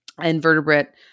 invertebrate